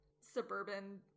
suburban